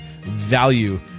value